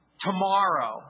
tomorrow